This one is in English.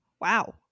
Wow